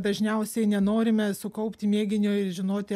dažniausiai nenorime sukaupti mėginio ir žinoti